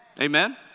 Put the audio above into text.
Amen